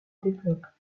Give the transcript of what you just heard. développe